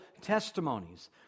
testimonies